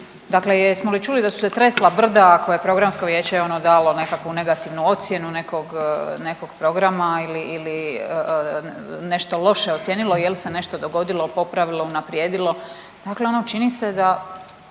Dakle, jesmo li čuli da su se tresla brda ako je programsko vijeće ono dalo nekakvu negativnu ocjenu nekog, nekog programa ili, ili nešto loše ocijenilo, je li se nešto dogodilo, popravilo, unaprijedilo? Dakle, ono čini se da